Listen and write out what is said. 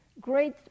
great